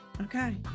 Okay